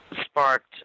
sparked